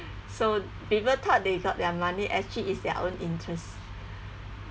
so people thought they got their money actually it's their own interests